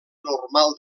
normal